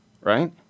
right